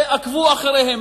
ועקבו אחריהם,